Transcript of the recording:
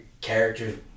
character's